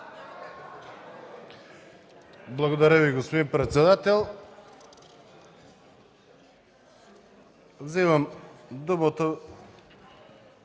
Благодаря Ви, господин председател. Вземам думата